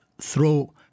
throw